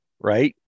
right